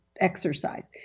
exercise